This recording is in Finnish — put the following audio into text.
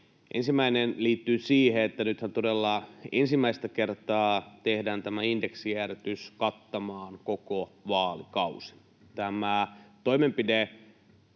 Ensimmäinen liittyy siihen, että nythän todella ensimmäistä kertaa tehdään tämä indeksijäädytys kattamaan koko vaalikausi. Tämä toimenpide